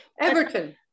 Everton